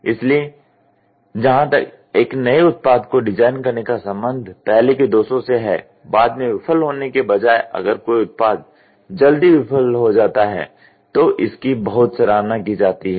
इसलिए जहां तक एक नए उत्पाद को डिजाइन करने का संबंध पहले के दोषों से है बाद में विफल होने के बजाय अगर कोई उत्पाद जल्दी विफल हो जाता है तो इसकी बहुत सराहना की जाती है